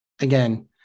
again